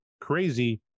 Crazy